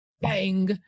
Bang